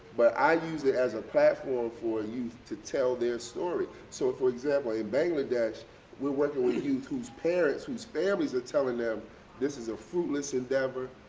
but i use it as a platform for youth to tell their story. so, for example, in bangladesh we're working with youth whose parents, whose families are telling them this is a fruitless endeavor.